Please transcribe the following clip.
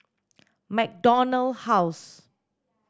MacDonald House